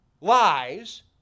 lies